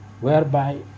whereby